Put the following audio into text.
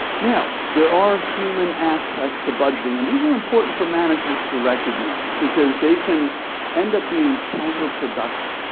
now there are human aspects to budgeting, and these are important for managers to recognize because they can end up being counterproductive.